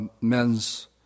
men's